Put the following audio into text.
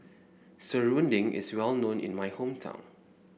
Serunding is well known in my hometown